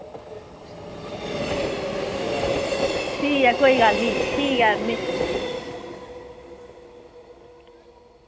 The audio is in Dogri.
ठीक ऐ कोई गल्ल नी ठीक ऐ आने